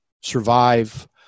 survive